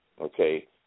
okay